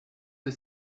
que